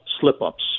slip-ups